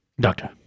Doctor